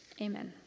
Amen